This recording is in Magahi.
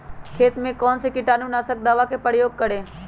खेत में कौन से कीटाणु नाशक खाद का प्रयोग करें?